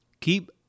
Keep